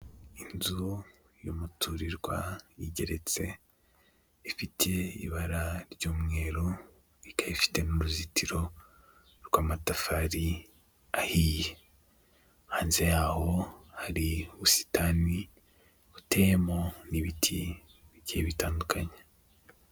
Inzu y'umuturirwa igeretse ifite ibara ry'umweru ikayi ifite n'uruzitiro rw'amatafari ahiye, hanze yaho hari ubusitani buteyemo n'ibiti bigiye bitandukanye.